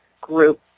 group